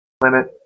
Limit